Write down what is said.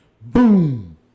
boom